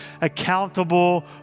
accountable